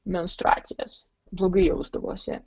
menstruacinės blogai jausdavosi